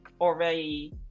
already